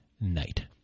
night